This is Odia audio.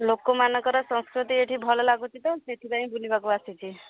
ଲୋକମାନଙ୍କର ସଂସ୍କୃତି ଏଇଠି ଭଲ ଲାଗୁଛି ତ ସେଥିପାଇଁ ବୁଲିବାକୁ ଆସିଛି